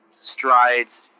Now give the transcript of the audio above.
strides